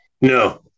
No